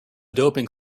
doping